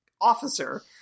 officer